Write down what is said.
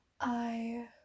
I-